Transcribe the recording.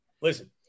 Listen